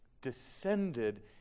descended